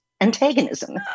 antagonism